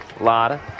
Lotta